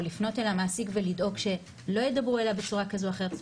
או לפנות אל המעסיק ולדאוג שלא ידברו אליה בצורה כזו או אחרת.